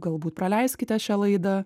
galbūt praleiskite šią laidą